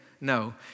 No